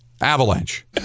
Avalanche